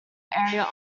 area